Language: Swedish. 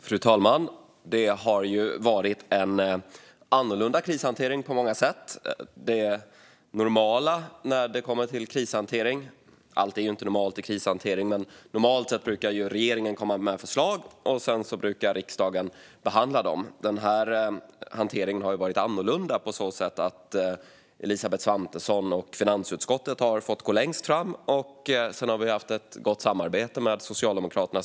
Fru talman! Det har varit en annorlunda krishantering på många sätt. Det normala när det kommer till krishantering, även om allt inte är normalt i en krishantering, är att regeringen kommer med förslag och att riksdagen sedan behandlar dessa. Hanteringen nu har varit annorlunda på så sätt att Elisabeth Svantesson och finansutskottet har fått gå längst fram, och sedan har vi haft ett gott samarbete med Socialdemokraterna.